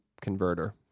Converter